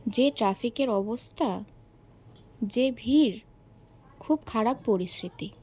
যে ট্রাফিকের অবস্থা যে ভিড় খুব খারাপ পরিস্থিতি